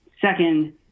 Second